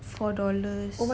four dollars